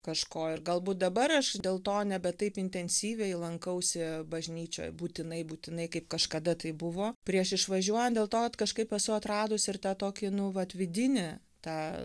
kažko ir galbūt dabar aš dėl to nebe taip intensyviai lankausi bažnyčioj būtinai būtinai kaip kažkada tai buvo prieš išvažiuojant dėl to kad kažkaip esu atradus ir tą tokį nu vat vidinį tą